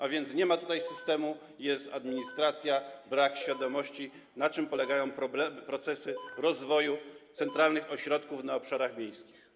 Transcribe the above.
A więc nie ma tutaj systemu, jest administracja i brak świadomości, na czym polegają problemy, procesy rozwoju centralnych ośrodków na obszarach wiejskich.